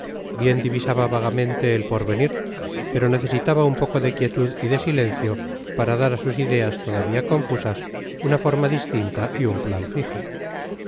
bien divisaba vagamente el porvenir pero necesitaba un poco de quietud y de silencio para dar á sus ideas todavia confugas una forma distinta y uu plan fijo